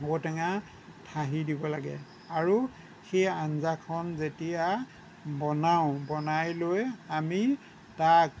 ঔটেঙা ঠাহি দিব লাগে আৰু সেই আঞ্জাখন যেতিয়া বনাওঁ বনাই লৈ আমি তাক